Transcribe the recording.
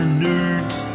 nerds